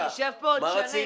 אנחנו נשב פה עוד שנים.